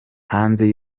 hanze